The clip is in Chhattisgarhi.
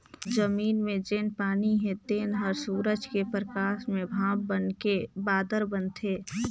जमीन मे जेन पानी हे तेन हर सुरूज के परकास मे भांप बइनके बादर बनाथे